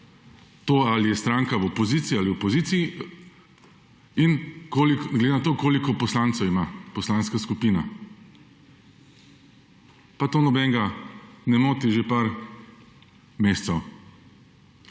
to, ali je stranka v poziciji ali opoziciji, in glede na to, koliko poslancev ima poslanska skupina. Pa to nobenega ne moti že nekaj mesecev.